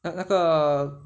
那那个